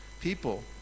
people